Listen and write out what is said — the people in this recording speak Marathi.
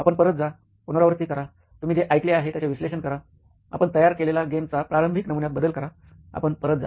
आपण परत जा पुनरावृत्ती करा तुम्ही जे ऐकले आहे त्याचे विश्लेषण करा आपण तयार केलेला गेमचा प्रारंभिक नमुन्यात बदल करा आपण परत जा